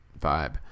vibe